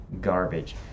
garbage